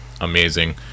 amazing